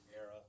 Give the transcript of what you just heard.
era